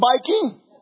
biking